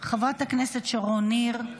חברת הכנסת שרון ניר,